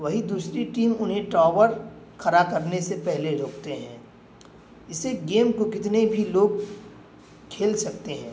وہیں دوسری ٹیم انہیں ٹاور کھڑا کرنے سے پہلے روکتے ہیں اس ایک گیم کو کتنے بھی لوگ کھیل سکتے ہیں